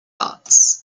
arts